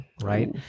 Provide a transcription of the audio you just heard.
right